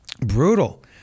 Brutal